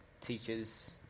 teachers